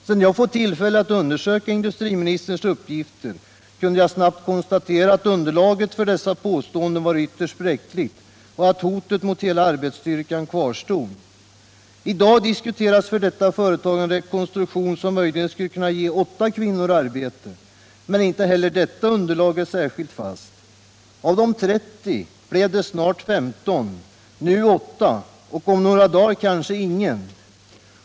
Sedan jag fått tillfälle att undersöka industriministerns uppgifter kunde jag snabbt konstatera att underlaget för dessa påståenden var ytterst bräckligt och att hotet mot hela arbetsstyrkan kvarstod. I dag diskuteras för detta företag en rekonstruktion som möjligen skulle kunna ge 8 kvinnor arbete, men inte heller detta underlag är särskilt pålitligt. Av de 30 blev det snart 15, nu är det 8 och om några dagar kanske ingen.